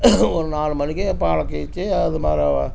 ஒரு நாலு மணிக்கு பாலை கீச்சு அது மாரி